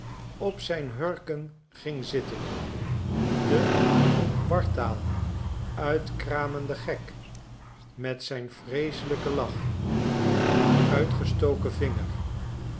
op zijn hurken ging zitten de wartaal uitkramende gek met zijn vreeselijken lach en uitgestoken vinger